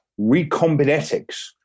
Recombinetics